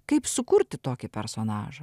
kaip sukurti tokį personažą